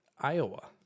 Iowa